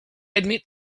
admit